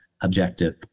objective